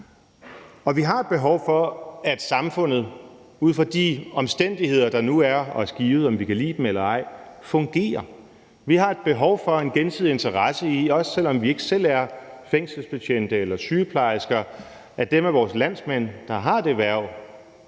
Vi har behov for, at samfundet ud fra de omstændigheder, der nu er os givet, om vi kan lide dem eller ej, fungerer. Vi har et behov for og en gensidig interesse i – også selv om vi ikke selv er fængselsbetjente eller sygeplejersker – at de af vores landsmænd, der har det hverv,